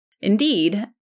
Indeed